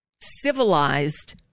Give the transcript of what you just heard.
civilized